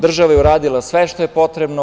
Država je uradila sve što je potrebno.